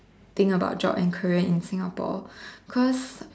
thing about job and current in Singapore cause